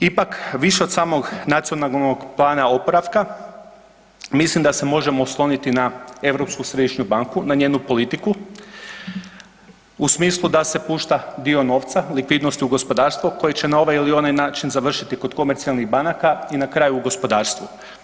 Ipak više od samog Nacionalnog plana oporavka mislim da se možemo osloniti na Europsku središnju banku, na njenu politiku u smislu da se pruža dio novca, likvidnosti u gospodarstvo koji će na ovaj ili onaj način završiti kod komercijalnih banaka i na kraju u gospodarstvu.